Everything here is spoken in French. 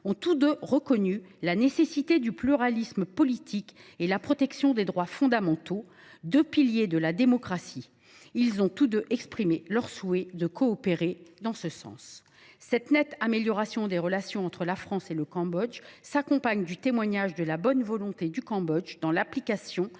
ont tous deux reconnu la nécessité du pluralisme politique et la protection des droits fondamentaux, deux piliers de la démocratie. Ils ont tous deux exprimé leur souhait de coopérer en ce sens. Cette nette amélioration des relations entre la France et le Cambodge s’accompagne du témoignage de la bonne volonté du Cambodge dans le respect